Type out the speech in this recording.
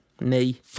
Knee